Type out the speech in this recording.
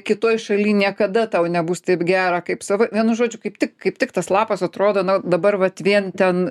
kitoj šaly niekada tau nebus taip gera kaip savo vienu žodžiu kaip tik kaip tik tas lapas atrodo na dabar vat vien ten